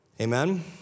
Amen